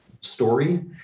story